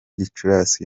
gicurasi